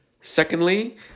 Secondly